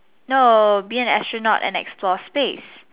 no be astronaut and explore space